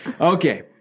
Okay